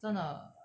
真的